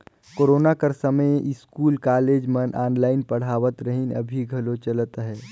corona कर समें school, college मन ऑनलाईन पढ़ावत रहिन, अभीं घलो चलत अहे